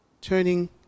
turning